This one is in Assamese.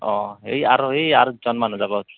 অ এই আৰু এই আৰু দুজন মানুহ যাব